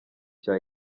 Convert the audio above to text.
cya